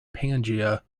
pangaea